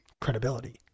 credibility